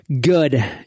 good